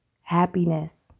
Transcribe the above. happiness